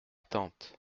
tante